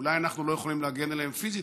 אולי אנחנו לא יכולים להגן עליהם פיזית,